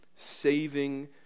Saving